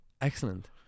Excellent